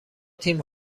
تیم